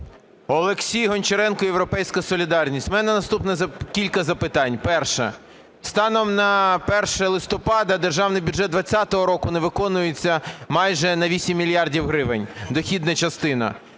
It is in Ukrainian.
Олексій Гончаренко, "Європейська солідарність". У мене наступні кілька запитань. Перше. Станом на 1 листопада Державний бюджет 2020 року не виконується майже на 8 мільярдів гривень, дохідна частина.